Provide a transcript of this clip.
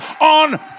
on